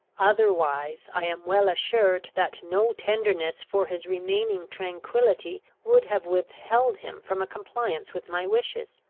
otherwise, i am well assured that no tenderness for his remaining tranquillity would have withheld him from a compliance with my wishes!